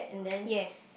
yes